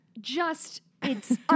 just—it's